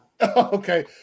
Okay